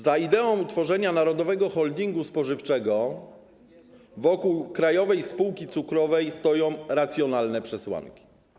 Za ideą utworzenia narodowego holdingu spożywczego wokół Krajowej Spółki Cukrowej stoją racjonalne przesłanki.